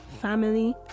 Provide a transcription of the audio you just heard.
family